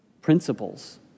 principles